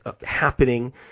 happening